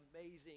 amazing